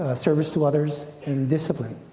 ah service to others and discipline,